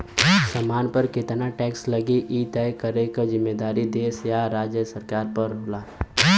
सामान पर केतना टैक्स लगी इ तय करे क जिम्मेदारी देश या राज्य सरकार क होला